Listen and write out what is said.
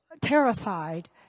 terrified